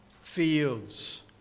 fields